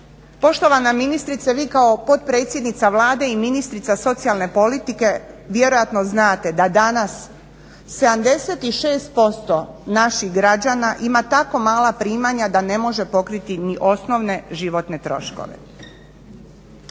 Poštovana ministrice vi kao potpredsjednica Vlade i ministrica socijalne politike vjerojatno znate da danas 76% naših građana ima tako mala primanja da ne može pokriti ni osnovne životne troškove.